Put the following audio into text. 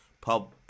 Pub